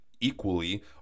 equally